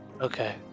Okay